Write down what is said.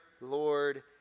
Lord